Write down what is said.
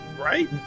Right